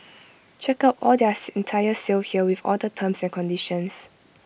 check out all their entire sale here with all the terms and conditions